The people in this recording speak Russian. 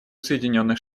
соединенных